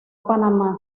panamá